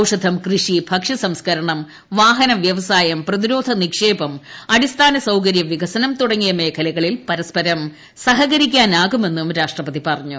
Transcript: ഔഷധം കൃഷി ഭക്ഷ്യ സംസ്കരണം വാഹന വ്യവസായം പ്രതിരോധ നിക്ഷേപം അടിസ്ഥാന സൌകര്യവികസനം തുടങ്ങിയ മേഖലകളിൽ പരസ്പരം സഹകരിക്കാനാവുമെന്നും രാഷ്ട്രപതി പറഞ്ഞു